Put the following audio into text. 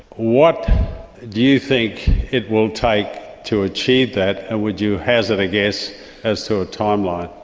what do you think it will take to achieve that and would you hazard a guess as to a timeline?